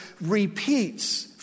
repeats